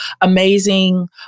amazing